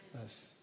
Yes